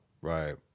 Right